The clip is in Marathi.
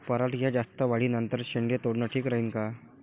पराटीच्या जास्त वाढी नंतर शेंडे तोडनं ठीक राहीन का?